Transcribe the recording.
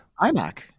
iMac